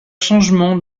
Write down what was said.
changements